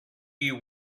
you